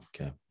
okay